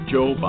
Joe